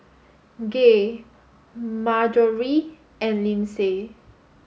Gaye Marjorie and Lindsey